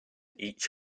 each